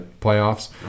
playoffs